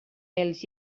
els